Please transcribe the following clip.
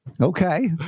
Okay